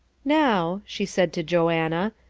now, she said to joanna,